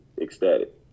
ecstatic